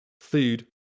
Food